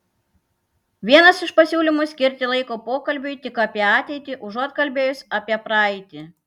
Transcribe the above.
vienas iš pasiūlymų skirti laiko pokalbiui tik apie ateitį užuot kalbėjus apie praeitį